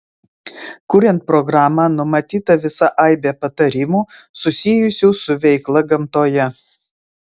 kuriant programą numatyta visa aibė patarimų susijusių su veikla gamtoje